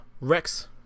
Rex